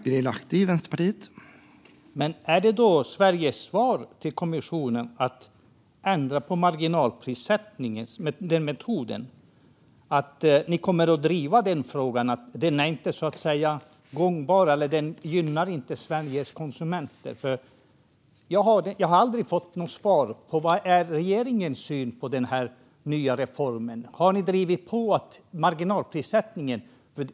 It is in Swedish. Herr talman! Är Sveriges svar till kommissionen alltså att man ska ändra på marginalprissättningen som metod? Kommer ni att driva den frågan, Ebba Busch? Den är inte gångbar så att säga, och den gynnar inte Sveriges konsumenter. Jag fick aldrig något svar på vad som är regeringens syn på den nya reformen. Har ni drivit på när det gäller marginalprissättningen?